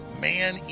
Man